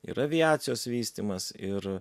ir aviacijos vystymas ir